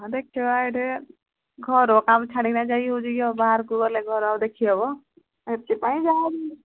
ହଁ ଦେଖିବା ଏଇଠି ଘର କାମ ଛାଡ଼ିକିନା ଯାଇ ହେଉଛି କି ଆଉ ବାହାରକୁ ଗଲେ ଘର ଆଉ ଦେଖିହବ ଏଥିପାଇଁ ଯାହା